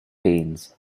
beans